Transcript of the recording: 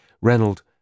Reynold